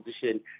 position